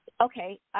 okay